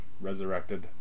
resurrected